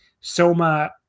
Soma